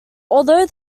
although